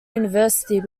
university